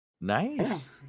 Nice